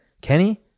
Kenny